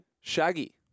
shaggy